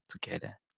together